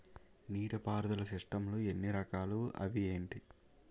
నీటిపారుదల సిస్టమ్ లు ఎన్ని రకాలు? అవి ఏంటి?